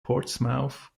portsmouth